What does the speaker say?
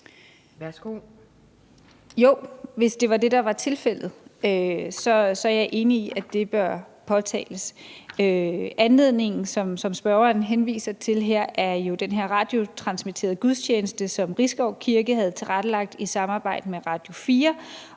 Jo, hvis det var det, der var tilfældet, så er jeg enig i, at det bør påtales. Anledningen, som spørgeren henviser til her, er jo den radiotransmitterede gudstjeneste, som Risskov Kirke havde tilrettelagt i samarbejde med Radio4